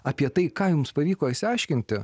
apie tai ką jums pavyko išsiaiškinti